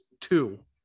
two